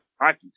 hockey